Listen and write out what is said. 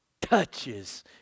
touches